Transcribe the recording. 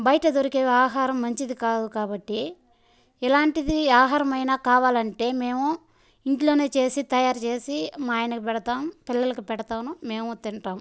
బయట దొరికే ఆహారం మంచిది కాదు కాబట్టి ఇలాంటిది ఆహారంమైనా కావాలంటే మేము ఇంట్లోనే చేసి తయారు చేసి మా ఆయనకు పెడతా పిల్లలకు పెడతాను మేము తింటాం